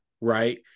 right